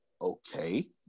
okay